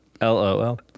LOL